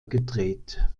gedreht